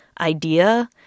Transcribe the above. idea